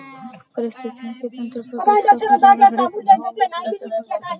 पारिस्थितिकी तंत्र पर कृषि का पर्यावरणीय प्रभाव कैसा होता है?